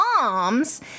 moms